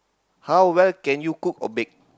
how well can you cook or bake